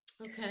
Okay